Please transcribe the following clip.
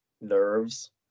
nerves